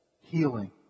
healing